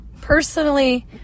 personally